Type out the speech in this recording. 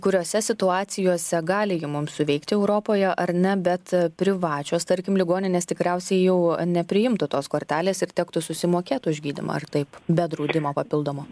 kuriose situacijose gali ji mums suveikti europoje ar ne bet privačios tarkim ligoninės tikriausiai jau nepriimtų tos kortelės ir tektų susimokėt už gydymą ar taip be draudimo papildomo